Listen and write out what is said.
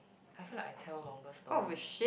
I feel like I tell longer stories